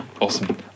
awesome